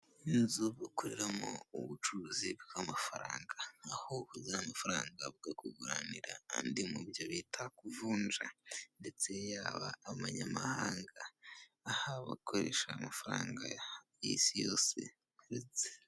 Inzu bakoreramo ubucuruzi bw'amafaranga aho uzana amafaranga bakakuguranira andi mubyo bita kuvunja ndetse yaba amanyamahanga aha bakoresha amafaranga yisi yose uretse.